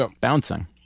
Bouncing